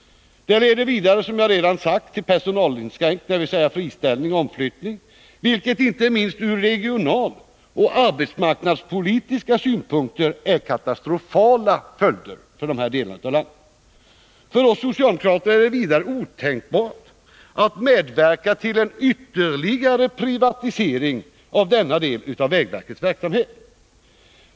Det leder vidare, som jag redan sagt, till personalinskränkningar, dvs. friställning och omflyttning, vilket inte minst från regionaloch arbetsmarknadspolitiska synpunkter är katastrofala följder för de här delarna av landet. För oss socialdemokrater är det vidare otänkbart att medverka till ytterligare privatisering av denna del av vägverkets verksamhet.